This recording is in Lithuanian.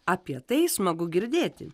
apie tai smagu girdėti